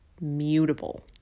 mutable